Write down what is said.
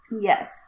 yes